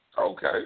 okay